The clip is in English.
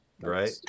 Right